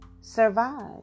survive